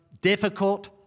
difficult